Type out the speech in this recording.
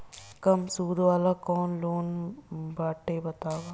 कम सूद वाला कौन लोन बाटे बताव?